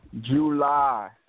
July